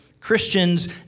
Christians